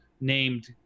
named